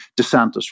DeSantis